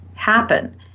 happen